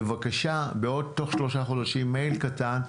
בבקשה תוך שלושה חודשים מייל קטן.